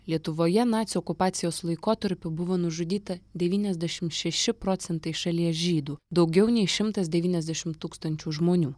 lietuvoje nacių okupacijos laikotarpiu buvo nužudyta devyniasdešimt šeši procentai šalies žydų daugiau nei šimtas devyniasdešimt tūkstančių žmonių